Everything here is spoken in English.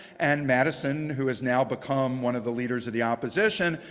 and madison, who has now become one of the leaders of the opposition,